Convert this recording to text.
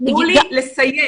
תנו לי לסיים.